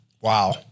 Wow